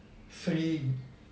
three